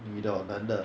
女的 or 男的